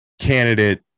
candidate